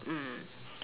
mm